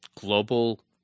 global